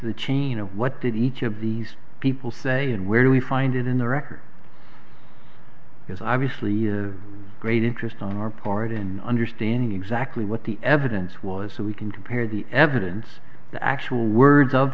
the chain of what did each of these people say and where do we find it in the record because obviously great interest on our part in understanding exactly what the evidence was so we can compare the evidence the actual words of